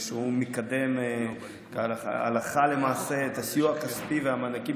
והוא מקדם הלכה למעשה את הסיוע הכספי והמענקים